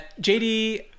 jd